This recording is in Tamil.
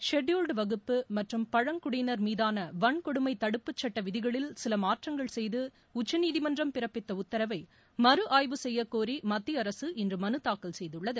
ஷெடியூல்டு வகுப்பு மற்றும் பழங்குடியினர் மீதான வன்கொடுமை தடுப்பு சுட்ட விதிகளில் சில மாற்றங்கள் செய்து உச்சநீதிமன்றம் பிறப்பித்த உத்தரவை மறுஆய்வு செய்யக்கோரி மத்திய அரசு இன்று மனு தாக்கல் செய்துள்ளது